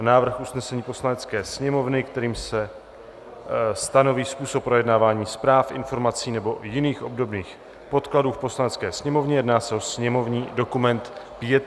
Návrh usnesení Poslanecké sněmovny, kterým se stanoví způsob projednávání zpráv, informací nebo jiných obdobných podkladů v Poslanecké sněmovně /sněmovní dokument 5222/